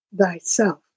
thyself